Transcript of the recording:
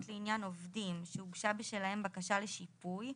לעניין עובדים שהוגשה בשלהם בקשה לשיפוי,